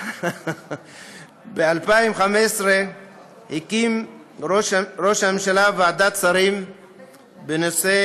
ב-2015 הקים ראש הממשלה ועדת שרים בנושא,